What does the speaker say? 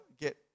get